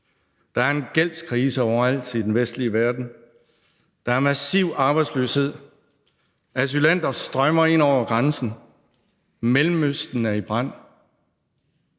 Der er en gældskrise overalt i den vestlige verden, der er massiv arbejdsløshed, asylanter strømmer ind over grænsen, Mellemøsten er i brand,